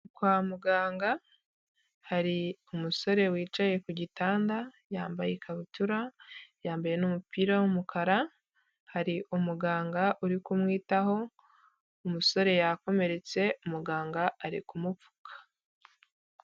Kwa muganga hari umusore wicaye ku gitanda, yambaye ikabutura, yambaye n'umupira w'umukara, hari umuganga uri kumwitaho, umusore yakomeretse muganga ari kumupfuka.